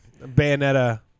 Bayonetta